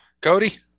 Cody